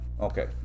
Okay